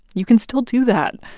you can still do that.